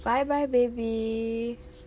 bye bye baby